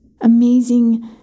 amazing